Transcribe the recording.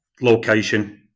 location